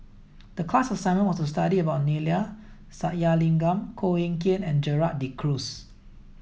the class assignment was to study about Neila Sathyalingam Koh Eng Kian and Gerald De Cruz